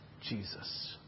Jesus